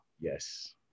yes